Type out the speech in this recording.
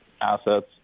Assets